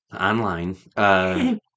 online